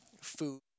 food